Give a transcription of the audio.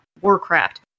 Warcraft